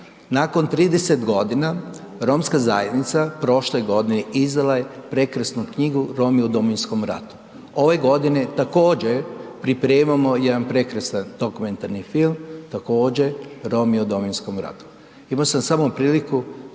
nakon 30 g. romska zajednica prošle godine izdala je prekrasnu knjigu „Romi u Domovinskom ratu“. Ove godine također pripremamo jedan prekrasan dokumentarni film također „Romi u Domovinskom ratu.“ Imao sam samo priliku